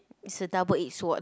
it's a double edged sword